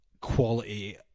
quality